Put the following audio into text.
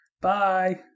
bye